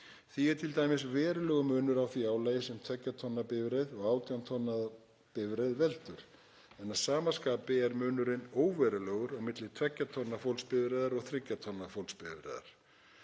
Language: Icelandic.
Því er t.d. verulegur munur á því álagi sem 2 tonna bifreið og 18 tonna bifreið veldur en að sama skapi er munurinn óverulegur milli 2 tonna fólksbifreiðar og 3 tonna fólksbifreiðar.